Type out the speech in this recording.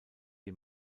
die